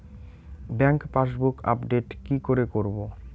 Bank passbook update কি করে করবো?